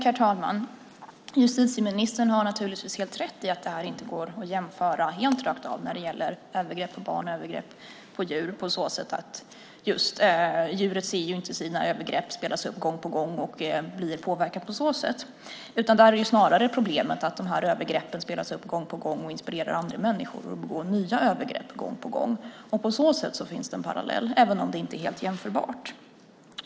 Herr talman! Justitieministern har naturligtvis helt rätt i att det inte går att helt rakt av jämföra övergrepp på barn och övergrepp på djur. Djuret ser ju inte övergreppen gång på gång spelas upp och påverkas inte på så sätt. Där är snarare problemet att övergreppen gång på gång spelas upp och inspirerar andra människor att gång på gång begå nya övergrepp. På så sätt finns det en parallell, även om det inte är helt jämförbart.